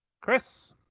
Chris